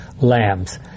lambs